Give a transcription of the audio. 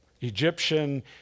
Egyptian